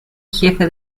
jefe